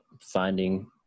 finding